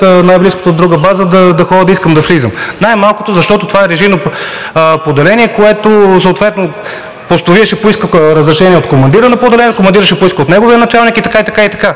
най-близката друга база, да ходя да искам да влизам. Най-малкото, защото това е режимно поделение, при което съответно постовият ще поиска разрешение от командира на поделението, командирът ще поиска от неговия началник и така, и така,